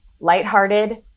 lighthearted